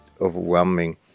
overwhelming